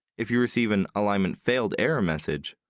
if you receive an alignment failed error message,